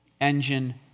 engine